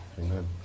Amen